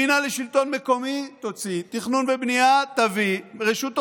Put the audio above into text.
מינהל השלטון מקומי, תוציא, תכנון ובנייה, תביא,